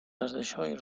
ارزشهای